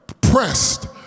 pressed